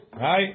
Right